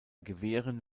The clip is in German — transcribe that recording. gewehren